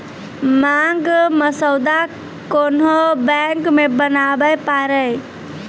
मांग मसौदा कोन्हो बैंक मे बनाबै पारै